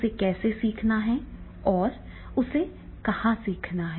उसे कैसे सीखना है और उसे कहाँ सीखना है